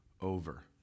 over